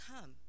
come